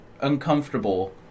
uncomfortable